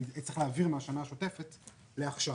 אני אצטרך להעביר מהשנה השוטפת לעכשיו.